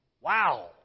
Wow